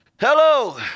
Hello